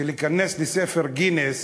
שלהיכנס לספר גינס